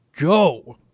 go